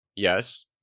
Yes